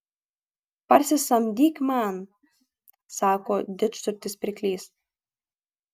parsisamdyk man sako didžturtis pirklys